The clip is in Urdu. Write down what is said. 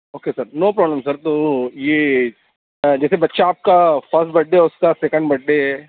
okay sir no problem sir تو یہ جیسے بچہ آپ کا فسٹ بڈ ڈے ہے اس کا سیکنڈ بڈ ڈے ہے